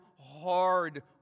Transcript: hard